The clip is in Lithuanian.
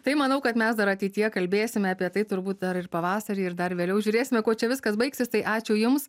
tai manau kad mes dar ateityje kalbėsime apie tai turbūt dar ir pavasarį ir dar vėliau žiūrėsime kuo čia viskas baigsis tai ačiū jums